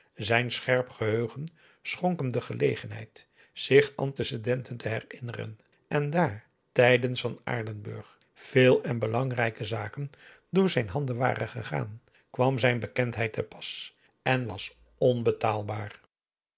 zijn scherp geheugen schonk hem de gelegenheid zich antecedenten te herinneren en daar tijdens van aardenburg veel en belangrijke zaken door zijn handen waren gegaan kwam zijn bekendheid te pas en was onbetaalbaar